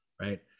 right